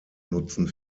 nutzen